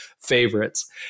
favorites